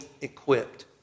equipped